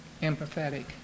empathetic